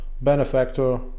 benefactor